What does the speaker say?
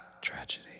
tragedy